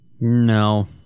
No